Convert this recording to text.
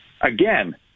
Again